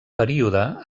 període